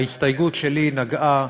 ההסתייגות שלי נגעה